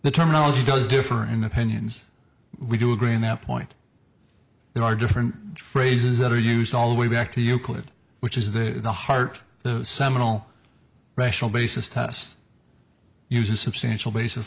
the terminology does differ in opinions we do agree on that point there are different phrases that are used all the way back to euclid which is that the heart of the seminal rational basis test uses substantial bas